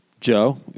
Joe